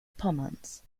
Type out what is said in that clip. pommerns